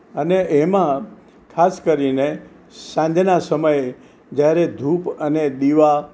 અને એમાં ખાસ કરીને સાંજના સમયે જ્યારે ધૂપ અને દીવા